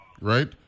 right